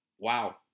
Wow